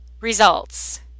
results